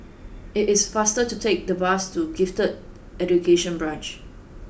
it is faster to take the bus to Gifted Education Branch